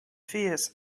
fears